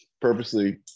purposely